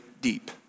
deep